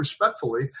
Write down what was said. respectfully